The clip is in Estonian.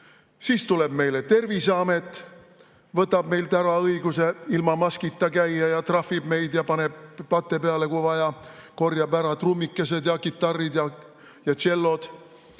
Siis tuleb Terviseamet, võtab meilt ära õiguse ilma maskita käia, trahvib meid ja paneb plate peale, kui vaja, korjab ära trummikesed ja kitarrid ja tšellod.